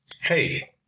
Hey